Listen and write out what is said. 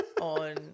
on